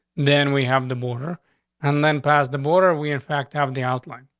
then we have the border and then pass the border. we, in fact, have the outline,